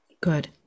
Good